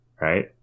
right